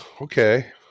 okay